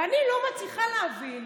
ואני לא מצליחה להבין